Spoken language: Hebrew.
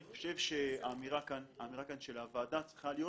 אני חושב שהאמירה כאן של הוועדה צריכה להיות